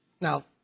Now